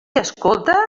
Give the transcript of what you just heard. escolta